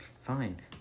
fine